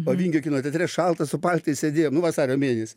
o vingio kino teatre šalta su paltais sėdėjom nu vasario mėnesį